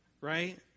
right